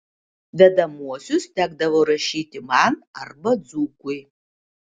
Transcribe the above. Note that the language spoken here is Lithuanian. vedamuosius tekdavo rašyti man arba dzūkui